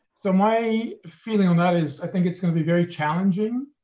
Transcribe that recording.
so my feeling on that is i think it's gonna be very challenging,